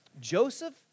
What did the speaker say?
Joseph